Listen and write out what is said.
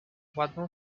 ładną